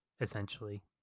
essentially